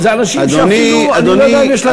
זה אנשים שאפילו אני לא יודע אם יש להם,